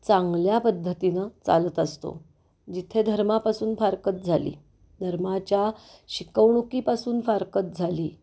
चांगल्या पद्धतीनं चालत असतो जिथे धर्मापासून फारकत झाली धर्माच्या शिकवणुकीपासून फारकत झाली